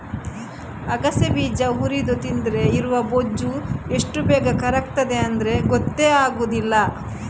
ಅಗಸೆ ಬೀಜ ಹುರಿದು ತಿಂದ್ರೆ ಇರುವ ಬೊಜ್ಜು ಎಷ್ಟು ಬೇಗ ಕರಗ್ತದೆ ಅಂದ್ರೆ ಗೊತ್ತೇ ಆಗುದಿಲ್ಲ